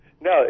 No